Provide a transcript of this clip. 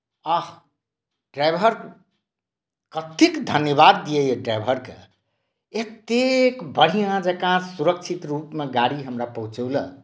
आह ड्राइवर कतेक धन्यवाद दिअ ई ड्राइवरकेँ एतेक बढ़िआँ जँका सुरक्षित रूपमे गाड़ी हमरा पहुँचौलक